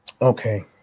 Okay